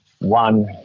one